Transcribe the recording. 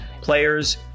players